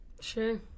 Sure